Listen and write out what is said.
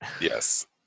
Yes